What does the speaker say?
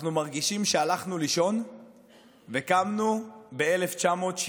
אנחנו מרגישים שהלכנו לישון וקמנו ב-1960.